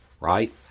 Right